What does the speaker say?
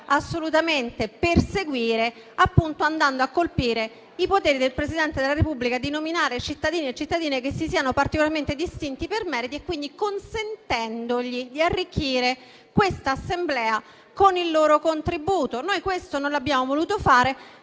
assolutamente proseguire: lo fa andando a colpire i poteri del Presidente della Repubblica di nominare cittadine e cittadini che si siano particolarmente distinti per meriti e, quindi, consentendogli di arricchire questa Assemblea con il loro contributo. Noi questo non l'abbiamo voluto fare: